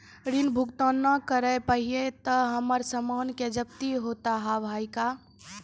ऋण भुगतान ना करऽ पहिए तह हमर समान के जब्ती होता हाव हई का?